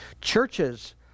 Churches